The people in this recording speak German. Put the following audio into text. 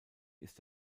ist